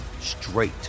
straight